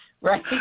right